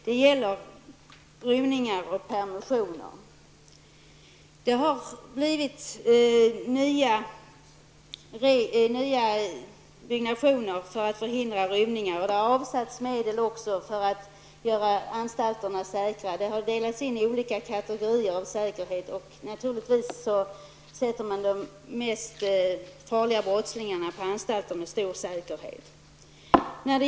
Det gäller rymningarna och permissionerna. Vi har ju fått nya byggnader för att förhindra rymningar. Medel har avsatts för åtgärder som innebär att anstalterna blir säkra. Dessa har delats upp i olika säkerhetskategorier. Naturligtvis placeras de farligaste brottslingarna på anstalter som är mycket säkra.